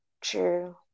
true